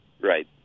Right